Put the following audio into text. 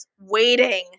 waiting